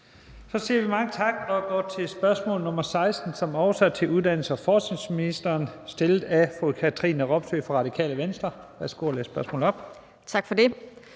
Så siger vi mange tak. Vi går til spørgsmål nr. 16, som også er til uddannelses- og forskningsministeren, stillet af fru Katrine Robsøe fra Radikale Venstre. Kl. 14:59 Spm. nr. S 360 16)